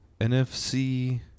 NFC